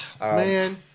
man